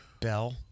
Bell